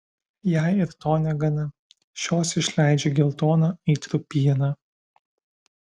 jei ir to negana šios išleidžia geltoną aitrų pieną